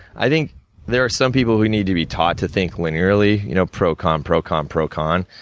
i think there are some people who need to be taught to think linearly, you know? pro con, pro con, pro con.